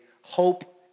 hope